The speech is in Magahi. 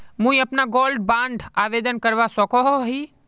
मुई अपना गोल्ड बॉन्ड आवेदन करवा सकोहो ही?